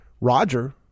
Roger